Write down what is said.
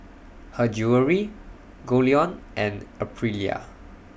Her Jewellery Goldlion and Aprilia